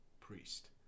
priest